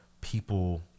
people